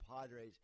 Padres